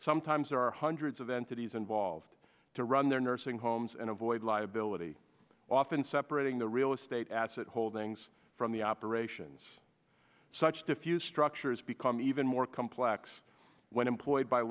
sometimes or hundreds of entities involved to run their nursing homes and avoid liability often separating the real estate asset holdings from the operations such diffuse structures become even more complex when employed by